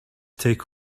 take